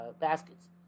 baskets